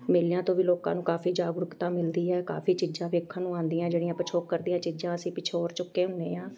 ਮੇਲਿਆਂ ਤੋਂ ਵੀ ਲੋਕਾਂ ਨੂੰ ਕਾਫੀ ਜਾਗਰੂਕਤਾ ਮਿਲਦੀ ਹੈ ਕਾਫੀ ਚੀਜ਼ਾਂ ਵੇਖਣ ਨੂੰ ਆਉਂਦੀਆਂ ਜਿਹੜੀਆਂ ਪਿਛੋਕੜ ਦੀਆਂ ਚੀਜ਼ਾਂ ਅਸੀਂ ਪਿਛੋੜ ਚੁੱਕੇ ਹੁੰਦੇ ਹਾਂ